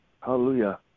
Hallelujah